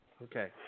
Okay